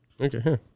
Okay